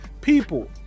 people